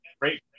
great